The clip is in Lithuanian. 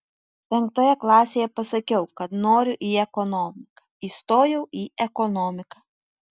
penktoje klasėje pasakiau kad noriu į ekonomiką įstojau į ekonomiką